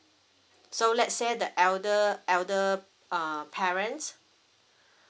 so let say the elder elder uh parents